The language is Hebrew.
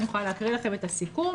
ואני יכולה להקריא לכם את הסיכום,